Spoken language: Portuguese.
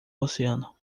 oceano